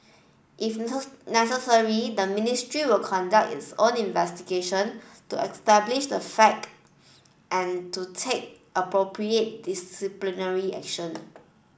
if necessary the Ministry will conduct its own investigation to establish the fact and to take appropriate disciplinary action